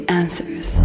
answers